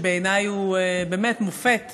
שבעיניי הוא באמת מופת